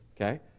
okay